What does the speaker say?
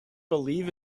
believe